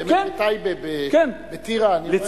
באמת, בטייבה, בטירה, אני רואה.